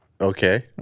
Okay